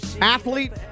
athlete